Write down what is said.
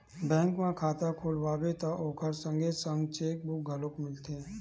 bank म खाता खोलवाबे त ओखर संगे संग चेकबूक घलो मिलथे